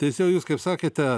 teisėjau jūs kaip sakėte